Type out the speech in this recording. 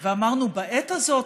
ואמרנו: בעת הזאת,